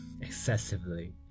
Excessively